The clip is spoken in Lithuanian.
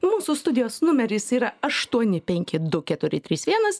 mūsų studijos numeris yra aštuoni penki du keturi trys vienas